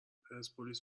پرسپولیس